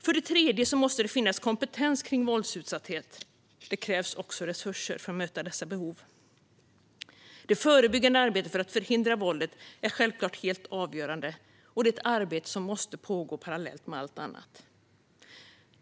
För det tredje måste det finnas kompetens kring våldsutsatthet. Det krävs också resurser för att möta dessa behov. Det förebyggande arbetet för att förhindra våldet är självklart helt avgörande, och det är ett arbete som måste pågå parallellt med allt annat.